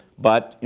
but, you